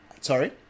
Sorry